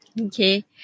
Okay